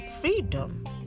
freedom